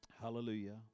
Hallelujah